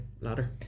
ladder